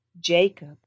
Jacob